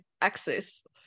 access